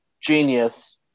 genius